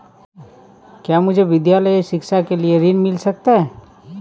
क्या मुझे विद्यालय शिक्षा के लिए ऋण मिल सकता है?